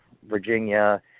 Virginia